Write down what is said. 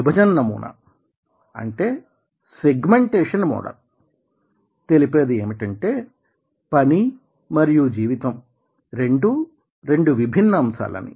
విభజన నమూనా అంటే సిగ్మెంటేషన్ మోడల్ తెలిపేది ఏమిటంటే పని మరియు జీవితం రెండూ రెండు విభిన్న అంశాలని